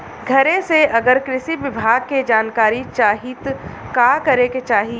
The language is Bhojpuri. घरे से अगर कृषि विभाग के जानकारी चाहीत का करे के चाही?